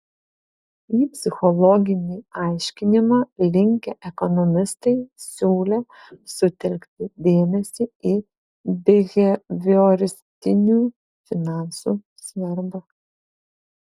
į psichologinį aiškinimą linkę ekonomistai siūlė sutelkti dėmesį į bihevioristinių finansų svarbą